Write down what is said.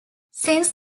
since